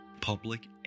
Public